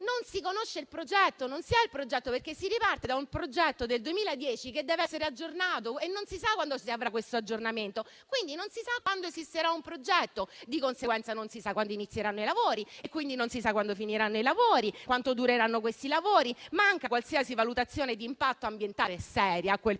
non si conosce il progetto. Non si ha il progetto, perché si riparte da un progetto del 2010, che deve essere aggiornato e non si sa quando si avrà questo aggiornamento. Quindi non si sa quando esisterà un progetto, di conseguenza non si sa quando inizieranno i lavori e quindi non si sa quanto dureranno e quando finiranno. Manca qualsiasi valutazione di impatto ambientale seria per quel progetto